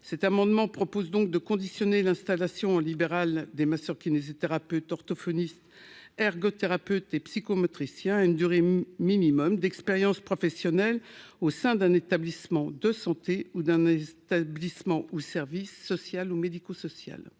cet amendement propose donc de conditionner l'installation en libéral des masseurs-kinésithérapeutes, orthophonistes, ergothérapeutes et psychomotriciens une durée minimum d'expérience professionnelle au sein d'un établissement de santé ou d'un établissement ou service social ou médico-social.